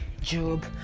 job